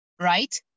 right